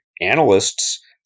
analysts